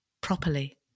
properly